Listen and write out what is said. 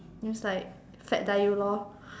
means like fat die you lor